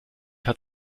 hat